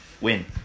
win